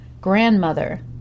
grandmother